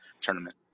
tournament